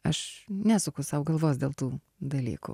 aš nesuku sau galvos dėl tų dalykų